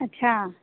अच्छा